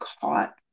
caught